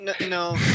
no